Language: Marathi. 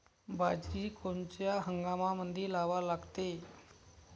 बाजरी कोनच्या हंगामामंदी लावा लागते?